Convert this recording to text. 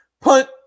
punt